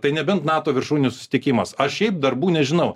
tai nebent nato viršūnių susitikimas o šiaip darbų nežinau